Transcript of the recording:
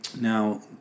Now